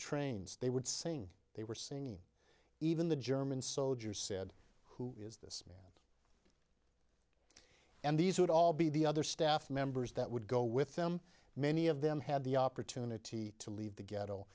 trains they would saying they were singing even the german soldier said who is this man and these would all be the other staff members that would go with them many of them had the opportunity to leave the ghetto